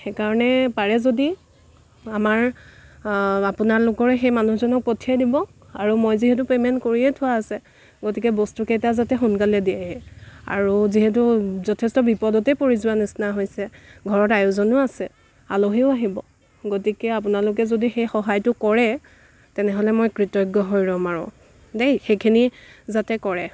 সেইকাৰণে পাৰে যদি আমাৰ আপোনালোকৰ সেই মানুহজনক পঠিয়াই দিব আৰু মই যিহেতু পে'মেণ্ট কৰিয়ে থোৱা আছে গতিকে বস্তুকেইটা যাতে সোনকালে দিয়েহি আৰু যিহেতু যথেষ্ট বিপদতে পৰি যোৱা নিচিনা হৈছে ঘৰত আয়োজনো আছে আলহীও আহিব গতিকে আপোনালোকে যদি সেই সহায়টো কৰে তেনেহ'লে মই কৃতজ্ঞ হৈ ৰ'ম আৰু দেই সেইখিনি যাতে কৰে